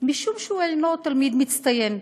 משום שהוא אינו תלמיד מצטיין.